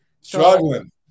Struggling